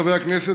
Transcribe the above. חברי הכנסת,